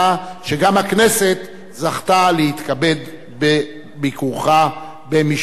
וגם הכנסת זכתה להתכבד בביקורך במשכנה,